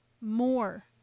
more